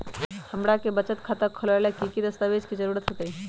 हमरा के बचत खाता खोलबाबे ला की की दस्तावेज के जरूरत होतई?